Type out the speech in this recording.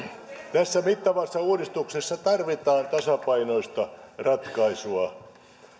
tässä mittavassa uudistuksessa tarvitaan tasapainoista ratkaisua